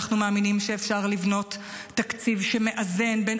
אנחנו מאמינים שאפשר לבנות תקציב שמאזן בין